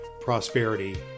prosperity